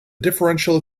differential